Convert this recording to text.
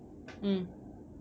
mm